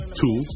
two